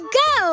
go